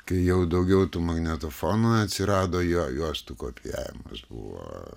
kai jau daugiau tų magnetofonų atsirado jo juostų kopijavimas buvo